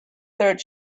third